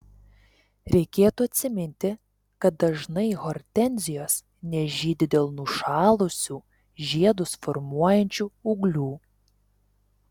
reikėtų atsiminti kad dažnai hortenzijos nežydi dėl nušalusių žiedus formuojančių ūglių